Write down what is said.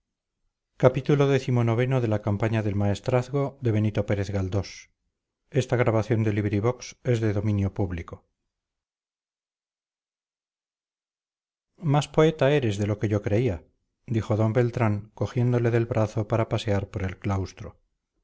profundidades más poeta eres de lo que yo creía dijo d beltrán cogiéndole del brazo para pasear por el claustro